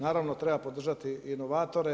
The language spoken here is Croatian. Naravno treba podržati inovatore.